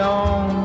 on